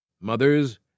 Mothers